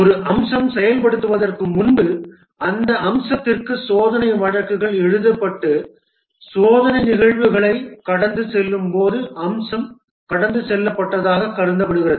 ஒரு அம்சம் செயல்படுத்தப்படுவதற்கு முன்பு அந்த அம்சத்திற்காக சோதனை வழக்குகள் எழுதப்பட்டு சோதனை நிகழ்வுகளை கடந்து செல்லும் போது அம்சம் கடந்து செல்லப்பட்டதாக கருதப்படுகிறது